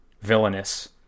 villainous